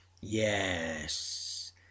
Yes